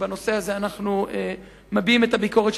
שבנושא הזה אנחנו מביעים את הביקורת על